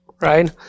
right